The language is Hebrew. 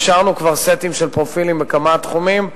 אישרנו כבר סטים של פרופילים בכמה תחומים,